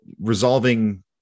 resolving